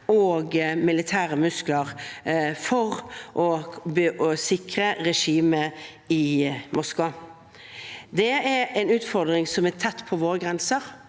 og militære muskler for å sikre regimet i Moskva. Det er en utfordring som er tett på våre grenser,